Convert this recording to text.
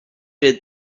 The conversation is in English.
did